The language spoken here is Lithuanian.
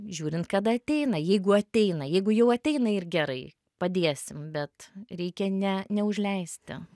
žiūrint kada ateina jeigu ateina jeigu jau ateina ir gerai padėsim bet reikia ne neužleisti